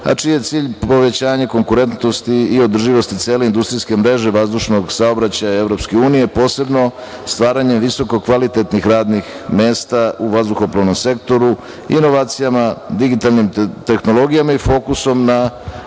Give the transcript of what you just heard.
a čiji je cilj povećanje konkurentnosti i održivosti cele industrijske mreže vazdušnog saobraćaja EU, posebno stvaranje visoko kvalitetnih radnih mesta u vazduhoplovnom sektoru inovacijama, digitalnim tehnologijama i fokusom na